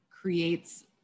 creates